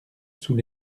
sous